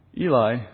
Eli